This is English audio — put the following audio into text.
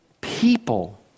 people